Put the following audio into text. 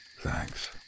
Thanks